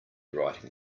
writing